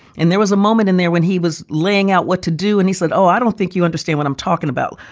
and there was a moment in there when he was laying out what to do. and he said, oh, i don't think you understand what i'm talking about.